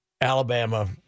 Alabama